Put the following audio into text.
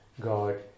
God